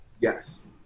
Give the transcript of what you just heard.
Yes